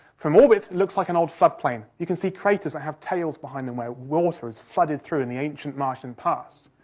from orbit, it looks like an old floodplain. you can see craters that have tails behind them where water has flooded through in the ancient martian past.